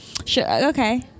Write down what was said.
Okay